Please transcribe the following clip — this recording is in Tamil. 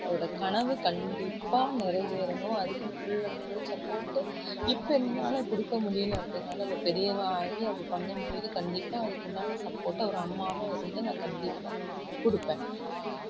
அவளோடய கனவு கண்டிப்பாக நிறைவேறணும் அதுக்குன்னு ஃபுல் அண்ட் ஃபுல் சப்போர்ட்டு இப்போ என்னால் கொடுக்க முடியலை அப்படின்னாலும் அவள் பெரியவள் ஆகி அது பண்ணும் போது கண்டிப்பாக அதுக்குண்டான சப்போர்ட்டு ஒரு அம்மாவாக இருந்து நான் கண்டிப்பாக கொடுப்பேன்